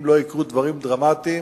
אם לא יקרו דברים דרמטיים,